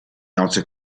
nozze